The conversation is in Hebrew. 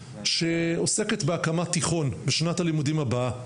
שעוסקת בהקמת תיכון לשנת הלימודים הבאה.